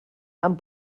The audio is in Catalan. amb